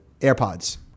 AirPods